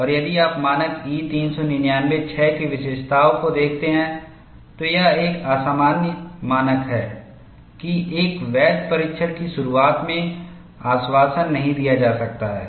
और यदि आप मानक E 399 06 की विशेषताओं को देखते हैं तो यह एक असामान्य मानक है कि एक वैध परीक्षण की शुरुआत में आश्वासन नहीं दिया जा सकता है